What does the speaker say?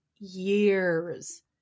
years